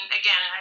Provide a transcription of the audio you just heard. again